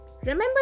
Remember